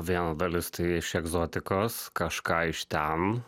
viena dalis tai iš egzotikos kažką iš ten